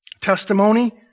testimony